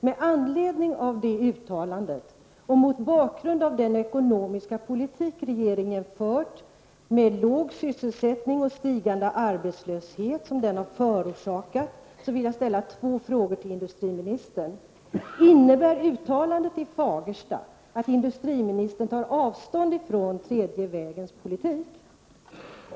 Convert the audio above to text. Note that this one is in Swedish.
Med anledning av detta uttalande och mot bakgrund av den ekonomiska politik som regeringen har fört samt den låga sysselsättning och den stigande arbetslöshet som denna politik har förorsakat vill jag ställa två frågor till industriministern: Innebär det uttalande som industriministern gjorde i Fagersta att industriministern tar avstånd från tredje vägens politik?